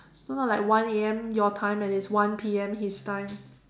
so not like one A_M your time and is one P_M his time